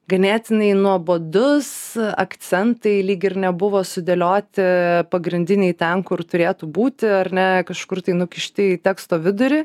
ganėtinai nuobodus akcentai lyg ir nebuvo sudėlioti pagrindiniai ten kur turėtų būti ar ne kažkur tai nukišti į teksto vidurį